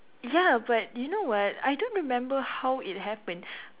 ya but you know what I don't remember how it happened